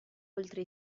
oltre